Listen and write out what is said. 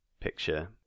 picture